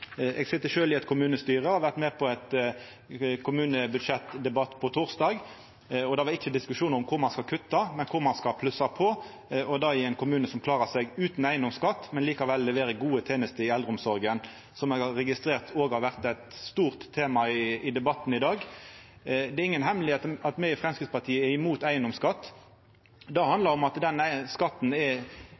Eg sit sjølv i eit kommunestyre og var torsdag med på ein kommunebudsjettdebatt. Det var ikkje diskusjon om kvar ein skal kutta, men kvar ein skal plussa på, og det i ein kommune som klarer seg utan eigedomsskatt, men likevel leverer gode tenester i eldreomsorga – som eg har registrert har vore eit stort tema i debatten i dag. Det er inga hemmelegheit at me i Framstegspartiet er imot eigedomsskatt. Det handlar om at den skatten er